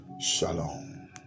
Shalom